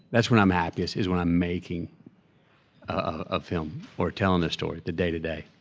that's when i'm happiest, is when i'm making a film or telling a story, the day to day.